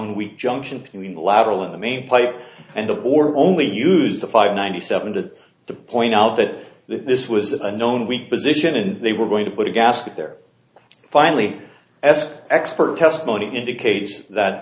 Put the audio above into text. n weak junction between the lateral and the main plate and the border only use the five ninety seven to the point out that this was a known weak position and they were going to put a gasket there finally as expert testimony indicates that